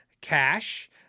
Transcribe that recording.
cash